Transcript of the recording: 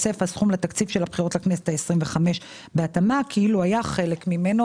התווסף הסכום לתקציב של הבחירות לכנסת ה-25 בהתאמה כאילו היה חלק ממנו.